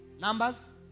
Numbers